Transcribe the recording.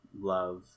love